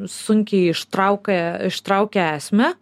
sunkiai ištraukia ištraukia esmę